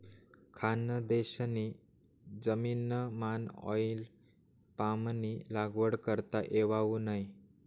खानदेशनी जमीनमाऑईल पामनी लागवड करता येवावू नै